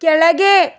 ಕೆಳಗೆ